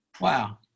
Wow